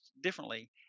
differently